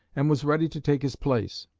and was ready to take his place.